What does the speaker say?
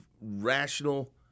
rational